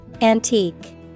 Antique